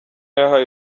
yahaye